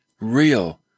real